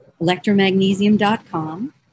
Electromagnesium.com